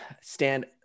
stand